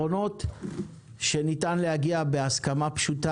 שניתן להגיע בהסכמה פשוטה.